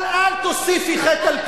אל תוסיפי חטא על פשע.